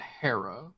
Hera